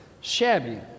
Shabby